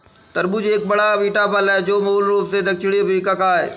तरबूज एक बड़ा, मीठा फल है जो मूल रूप से दक्षिणी अफ्रीका का है